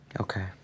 Okay